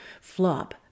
flop